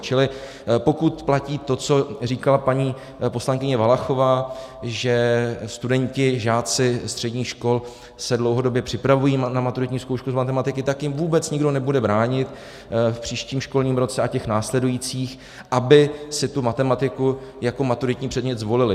Čili pokud platí to, co říkala paní poslankyně Valachová, že studenti, žáci středních škol se dlouhodobě připravují na maturitní zkoušku z matematiky, tak jim vůbec nikdo nebude bránit v příštím školním roce a těch následujících, aby si tu matematiku jako maturitní předmět zvolili.